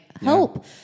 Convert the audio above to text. help